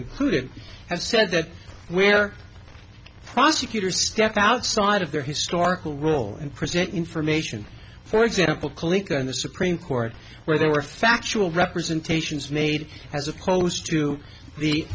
included have said that where prosecutor step outside of their historical role and present information for example click on the supreme court where they were factual representations made as opposed to the